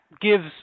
gives